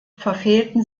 verfehlten